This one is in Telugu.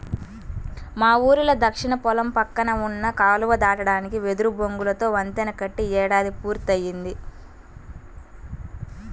మా ఊరిలో దక్షిణ పొలం పక్కన ఉన్న కాలువ దాటడానికి వెదురు బొంగులతో వంతెన కట్టి ఏడాది పూర్తయ్యింది